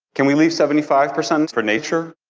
can we leave seventy five percent for nature?